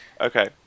Okay